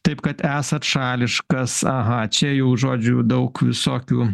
taip kad esat šališkas aha čia jau žodžių daug visokių